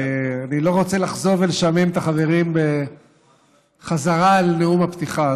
אני לא רוצה לחזור ולשעמם את החברים בחזרה על נאום הפתיחה,